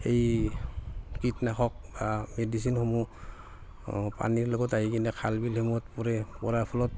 এই কীটনাশক মেডিচিনসমূহ পানীৰ লগত আহি কিনে খাল বিলসমূহত পৰে পৰাৰ ফলত